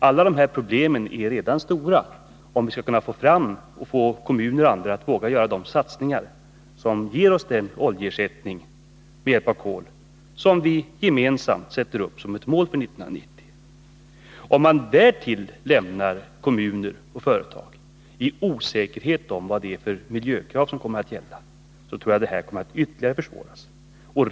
Alla dessa problem måste övervinnas, om vi skall kunna få kommuner och andra att våga göra de satsningar som ger oss den oljeersättning med hjälp av kol som vi gemensamt sätter upp som ett mål för 1990. Om man därtill lämnar kommuner och företag i osäkerhet om vilka miljökrav som kommer att gälla, tror jag att det ytterligare kommer att försvåra kolintroduktionen.